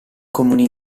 comuni